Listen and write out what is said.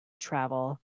travel